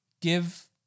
give